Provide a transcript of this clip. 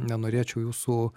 nenorėčiau jūsų